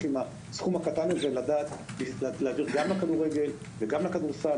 עם הסכום הקטן הזה להעביר גם לכדורגל וגם לכדורסל.